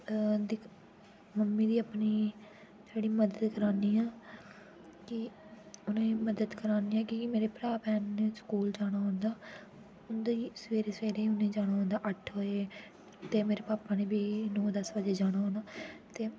अ दिक्ख मम्मी गी अपनी थोह्ड़ी मदद करानी आं की उ'नें ई थोह्ड़ी मदद करानी आं कि कि मेरे भ्राऽ भैन न स्कूल जाना होन्दा उ'न्दी सबैह्रे सबैह्रे उ'नें जाने होंदा अट्ठ बजे ते मेरे भापा ने बी नौ दस बजे जाना होना ते